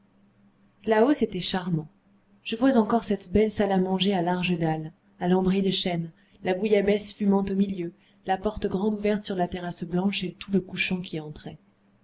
là-haut c'était charmant je vois encore cette belle salle à manger à larges dalles à lambris de chêne la bouillabaisse fumant au milieu la porte grande ouverte sur la terrasse blanche et tout le couchant qui entrait